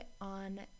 on